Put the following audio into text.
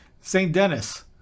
Saint-Denis